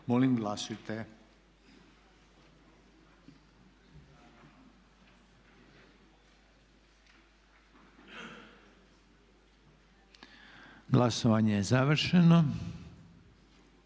na glasovanje. Glasovanje je završeno.